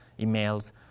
emails